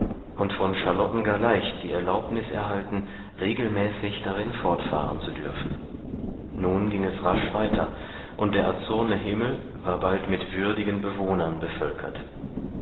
und von charlotten gar leicht die erlaubnis erhalten regelmäßig darin fortfahren zu dürfen nun ging es rasch weiter und der azurne himmel war bald mit würdigen bewohnern bevölkert